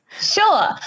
Sure